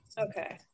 Okay